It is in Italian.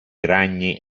ragni